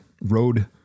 road